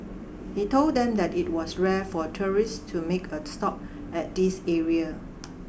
he told them that it was rare for tourist to make a stop at this area